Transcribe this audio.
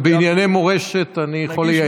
ובענייני מורשת אני יכול לייעץ.